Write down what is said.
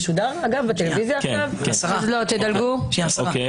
כבוד השרה,